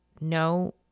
no